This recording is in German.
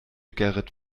gerrit